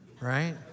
Right